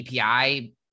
API